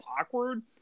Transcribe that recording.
awkward